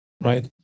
right